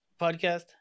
podcast